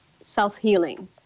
self-healing